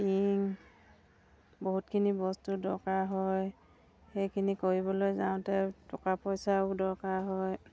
টিং বহুতখিনি বস্তু দৰকাৰ হয় সেইখিনি কৰিবলৈ যাওঁতে টকা পইচাও দৰকাৰ হয়